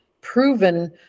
proven